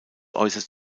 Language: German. äußert